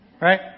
Right